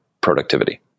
productivity